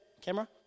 Camera